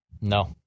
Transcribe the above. No